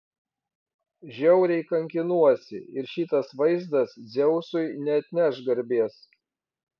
žiauriai kankinuosi ir šitas vaizdas dzeusui neatneš garbės